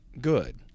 good